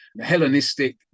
Hellenistic